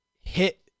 hit